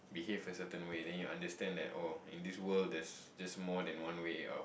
behave a certain way then you'll understand like oh in this world there's just more than one way of